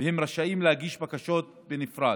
והם רשאים להגיש בקשות בנפרד.